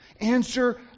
Answer